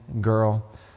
girl